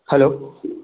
hello